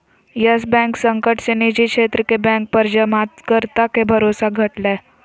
yes Bank संकट से निजी क्षेत्र के बैंक पर जमाकर्ता के भरोसा घटलय